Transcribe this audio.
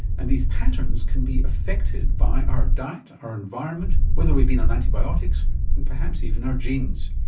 and these patterns can be affected by our diet, our environment, whether we've been on antibiotics and perhaps even our genes.